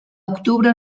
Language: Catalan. octubre